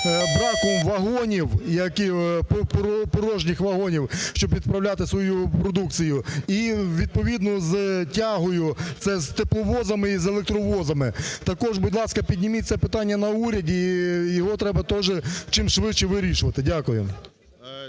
браком вагонів, порожніх вагонів, щоб відправляти свою продукцію. І відповідно з тягою – це з тепловозами і з електровозами. Також, будь ласка, підніміть це питання на уряді, його треба теж чимшвидше вирішувати. Дякую.